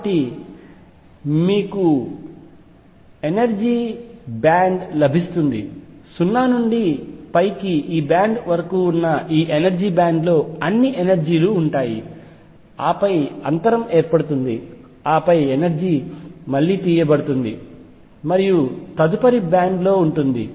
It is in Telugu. కాబట్టి మీకు ఎనర్జీ బ్యాండ్ లభిస్తుంది 0 నుండి పైకి ఈ బ్యాండ్ వరకు ఉన్న ఈ ఎనర్జీ బ్యాండ్ లో అన్ని ఎనర్జీ లు ఉంటాయి ఆపై అంతరం ఏర్పడుతుంది ఆపై ఎనర్జీ మళ్లీ తీయబడుతుంది మరియు తదుపరి బ్యాండ్ లో ఉంటుంది